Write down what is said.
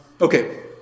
Okay